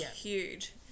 huge